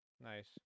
Nice